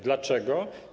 Dlaczego?